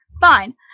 Fine